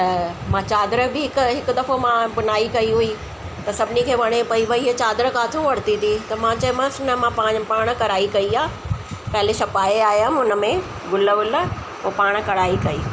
त मां चादर बि हिकु हिकु दफ़ो मां बुनाई कई हुई त सभिनी खे वणे पई भाई हे चादर काथो वरिती थी त मां चयोमास न मां पाण पाण कढ़ाई कई आहे पहिरीं छपाए आयमि हुनमें ग़ुल वुल पोइ पाण कढ़ाई कई